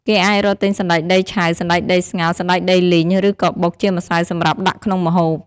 គេអាចរកទិញសណ្ដែកដីឆៅ សណ្ដែកដីស្ងោរ សណ្ដែកដីលីង ឬក៏បុកជាម្សៅសម្រាប់ដាក់ក្នុងម្ហូប។